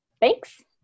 Thanks